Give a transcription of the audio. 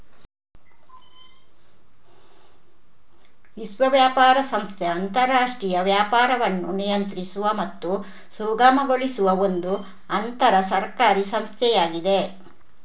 ವಿಶ್ವ ವ್ಯಾಪಾರ ಸಂಸ್ಥೆ ಅಂತರಾಷ್ಟ್ರೀಯ ವ್ಯಾಪಾರವನ್ನು ನಿಯಂತ್ರಿಸುವ ಮತ್ತು ಸುಗಮಗೊಳಿಸುವ ಒಂದು ಅಂತರ ಸರ್ಕಾರಿ ಸಂಸ್ಥೆಯಾಗಿದೆ